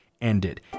ended